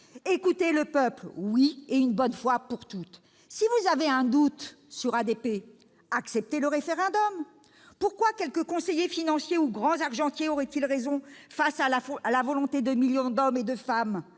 Écoutez le peuple, et une bonne fois pour toutes ! Si vous avez un doute sur ADP, acceptez le référendum ! Pourquoi quelques conseillers financiers ou grands argentiers auraient-ils raison face à la volonté de millions de femmes et d'hommes ?